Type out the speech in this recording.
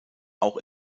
auch